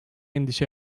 endişe